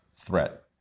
threat